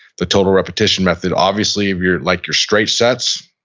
the total repetition method. obviously, if you're like your straight sets,